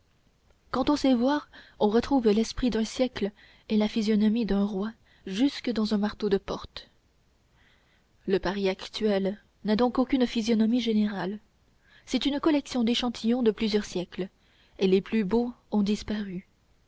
quand on sait voir on retrouve l'esprit d'un siècle et la physionomie d'un roi jusque dans un marteau de porte le paris actuel n'a donc aucune physionomie générale c'est une collection d'échantillons de plusieurs siècles et les plus beaux ont disparu